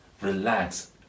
relax